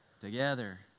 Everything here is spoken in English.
Together